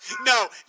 No